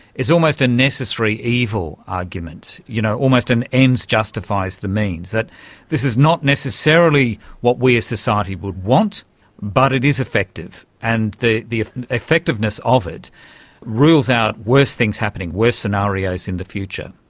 is almost a necessary evil argument, you know, almost an ends justifies the means, that this is not necessarily what we as a society would want but it is effective, and the the effectiveness of it rules out worse things happening, worse scenarios in the future.